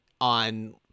on